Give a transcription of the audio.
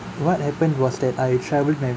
what happened was that I travelled with my